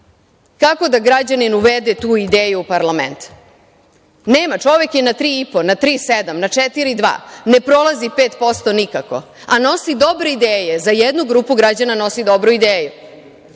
kako da građanin uvede tu ideju u parlament? Nema, čovek je na 3,5, ne 3,7, na 4,2, ne prolazi 5% nikako, a nosi dobre ideje, za jednu grupu građana nosi dobre ideje.